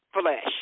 Flesh